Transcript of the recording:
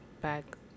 back